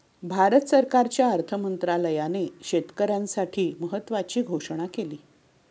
भारत सरकारच्या अर्थ मंत्रालयाने शेतकऱ्यांसाठी महत्त्वाची घोषणा केली